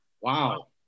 Wow